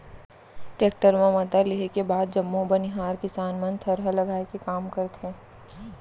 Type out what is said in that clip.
tractor म मता लेहे के बाद जम्मो बनिहार किसान मन थरहा लगाए के काम करथे